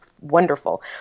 wonderful